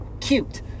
cute